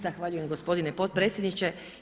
Zahvaljujem gospodine potpredsjedniče.